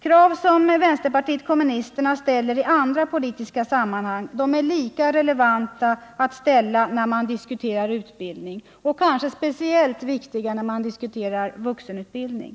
Krav som vänsterpartiet kommunisterna ställer i andra politiska sammanhang är lika relevanta att ställa när man diskuterar utbildning, och de är kanske speciellt viktiga när man diskuterar vuxenutbildning.